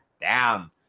down